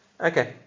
Okay